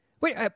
Wait